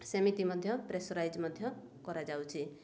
ସେମିତି ମଧ୍ୟ ପ୍ରେସରାଇଜ ମଧ୍ୟ କରାଯାଉଛି